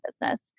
business